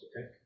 okay